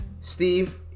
Steve